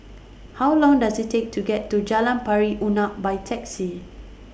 How Long Does IT Take to get to Jalan Pari Unak By Taxi